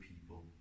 people